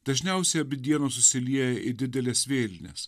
dažniausiai abi dienos susilieja į dideles vėlines